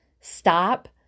stop